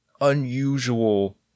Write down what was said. unusual